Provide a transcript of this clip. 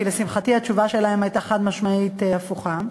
כי לשמחתי התשובה שלהם הייתה חד-משמעית הפוכה,